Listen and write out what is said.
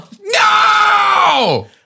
No